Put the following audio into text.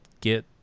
get